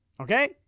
Okay